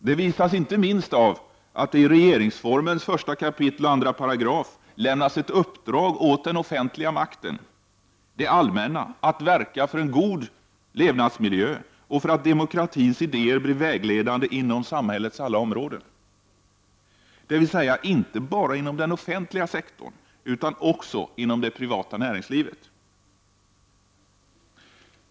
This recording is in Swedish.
Det visas inte minst av att det i 1 kap.2 § regeringsformen lämnas ett uppdrag åt den offentliga makten, det allmänna, att verka för en god levnadsmiljö och för att demokratins idéer blir vägledande inom samhällets alla områden, dvs. inte bara inom den offentliga sektorn utan också inom det privata näringslivet.